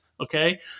okay